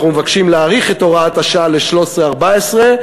אנחנו מבקשים להאריך את הוראת השעה ל-13 14,